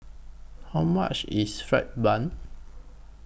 How much IS Fried Bun